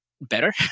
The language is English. better